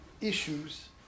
issues